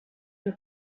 you